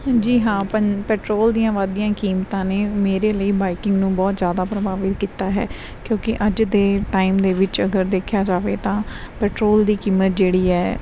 ਜੀ ਹਾਂ ਪੰ ਪੈਟਰੋਲ ਦੀਆਂ ਵਧਦੀਆਂ ਕੀਮਤਾਂ ਨੇ ਮੇਰੇ ਲਈ ਬਾਈਕਿੰਗ ਨੂੰ ਬਹੁਤ ਜ਼ਿਆਦਾ ਪ੍ਰਭਾਵਿਤ ਕੀਤਾ ਹੈ ਕਿਉਂਕਿ ਅੱਜ ਦੇ ਟਾਈਮ ਦੇ ਵਿੱਚ ਅਗਰ ਦੇਖਿਆ ਜਾਵੇ ਤਾਂ ਪੈਟਰੋਲ ਦੀ ਕੀਮਤ ਜਿਹੜੀ ਹੈ